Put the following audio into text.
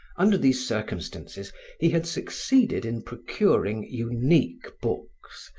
under these circumstances he had succeeded in procuring unique books,